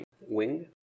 wing